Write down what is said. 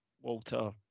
Walter